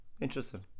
interesting